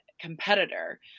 competitor